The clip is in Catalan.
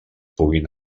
puguin